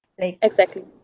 exactly